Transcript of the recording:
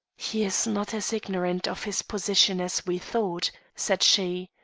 he is not as ignorant of his position as we thought, said she.